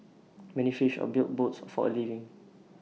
many fished or built boats for A living